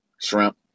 Shrimp